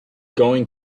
going